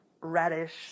radish